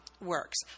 works